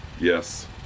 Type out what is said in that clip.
Yes